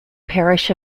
parish